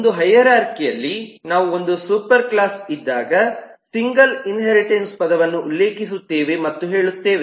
ಒಂದು ಹೈರಾರ್ಖಿಅಲ್ಲಿ ನಾವು ಒಂದು ಸೂಪರ್ ಕ್ಲಾಸ್ ಇದ್ದಾಗ ಸಿಂಗಲ್ ಇನ್ಹೇರಿಟನ್ಸ್ ಪದವನ್ನು ಉಲ್ಲೇಖಿಸುತ್ತೇವೆ ಮತ್ತು ಹೇಳುತ್ತೇವೆ